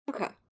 Okay